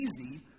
easy